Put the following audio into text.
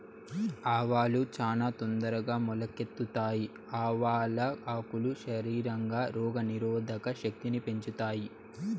ఆవాలు చానా తొందరగా మొలకెత్తుతాయి, ఆవాల ఆకులు శరీరంలో రోగ నిరోధక శక్తిని పెంచుతాయి